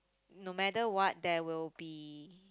no matter what there will be